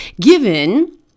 Given